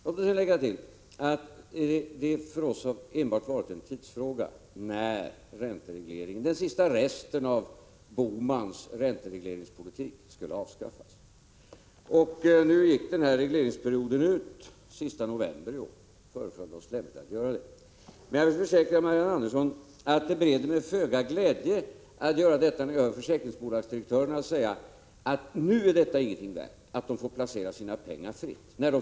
Låt mig lägga till att det för oss enbart har varit en tidsfråga när den sista resten av Bohmans ränteregleringspolitik skulle avskaffas. Regleringsperioden går ut den sista november i år, och därför föreföll det oss lämpligt att göra det nu. Jag försäkrar Marianne Andersson att det bereder mig föga glädje att göra detta när jag hör försäkringsbolagsdirektörerna säga att nu är det ingenting värt att de får placera sina pengar fritt.